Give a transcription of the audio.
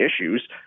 issues